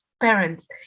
parents